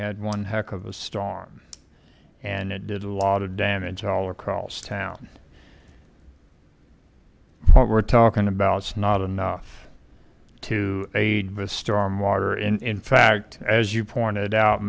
had one heck of a storm and it did a lot of damage all across town what we're talking about it's not enough to aid with storm water in fact as you pointed out